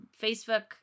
Facebook